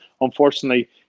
unfortunately